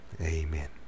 Amen